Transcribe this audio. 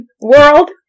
World